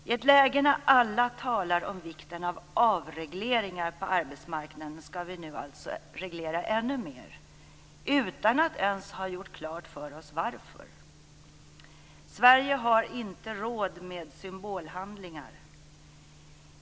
I ett läge när alla talar om vikten av avregleringar på arbetsmarknaden skall vi nu alltså reglera ännu mer - utan att ens ha gjort klart för oss varför. Sverige har inte råd med symbolhandlingar.